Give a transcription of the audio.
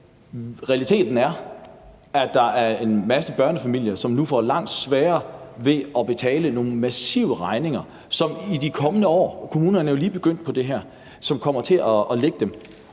realiteten er, er der er en masse børnefamilier, som nu får langt sværere ved at betale nogle massive regninger, som man i de kommende år – kommunerne er jo lige begyndt på det her – vil påføre dem.